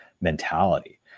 mentality